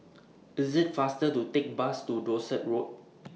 It's faster to Take The Bus to Dorset Road